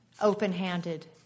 open-handed